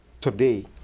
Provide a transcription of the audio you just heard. today